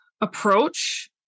approach